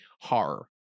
horror